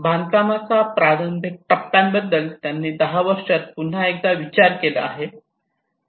बांधकामाचा प्रारंभिक टप्प्या बद्दल त्यांनी 10 वर्षांत पुन्हा एकदा विचार केला आहे